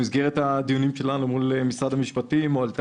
במסגרת הדיונים שלנו מול משרד המשפטים הועלה